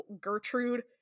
Gertrude